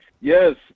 yes